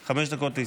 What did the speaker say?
להסתייגות.